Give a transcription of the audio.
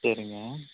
சரிங்க